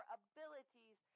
abilities